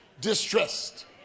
distressed